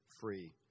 free